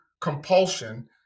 compulsion